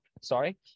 Sorry